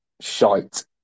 shite